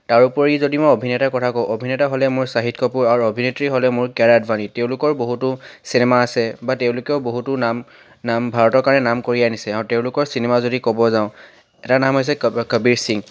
তাৰোপৰি যদি মই অভিনেতাৰ কথা কওঁ অভিনেতা হ'লে মোৰ শ্বাহিদ কাপুৰ আৰু অভিনেত্ৰী হ'লে মোৰ কিয়াৰা আদৱানি তেওঁলোকৰ বহুতো চিনেমা আছে বা তেওঁলোকেও বহুতো নাম নাম ভাৰতৰ কাৰণে নাম কৰি আনিছে আৰু তেওঁলোকৰ চিনেমা যদি ক'ব যাওঁ এটাৰ নাম হৈছে কব কবীৰ সিং